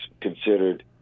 considered